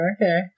Okay